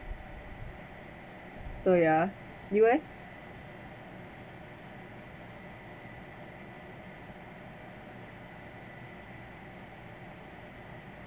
so ya you